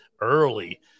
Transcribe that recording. early